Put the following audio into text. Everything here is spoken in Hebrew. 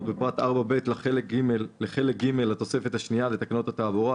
בפרט 4ב' לחלק ג' לתוספת השנייה לתקנות התעבורה,